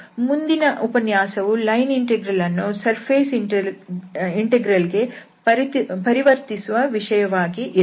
ಮುಂದಿನ ಉಪನ್ಯಾಸವು line integral ಅನ್ನು ಸರ್ಫೇಸ್ ಇಂಟೆಗ್ರಲ್ ಗೆ ಪರಿವರ್ತಿಸುವ ವಿಷಯವಾಗಿ ಇರಲಿದೆ